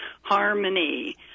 harmony